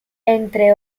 entre